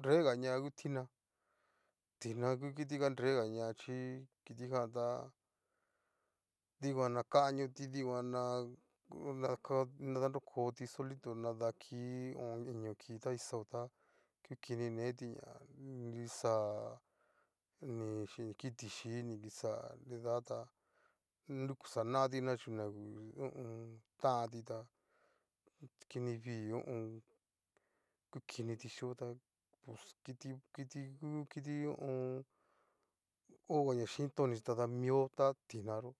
nregaña ngu tina, tina ngu nregaña chi kitijan tá dikuan ña kanioti dikuan na ka na danrokoti solito nada kii o'on iño kii ta kisao tá kutini neti ña ni nrixa ni chín kitixhí ni kixa nidata nru xanati na nguana ngu ho o on. tantita chini vii ho o on. kukiniti xhiota pus kiti kiti ngu kiti ho o on. oga na chikitoniti tada mio ta tinayó.